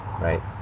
right